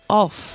off